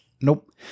nope